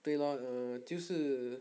对 lor err 就是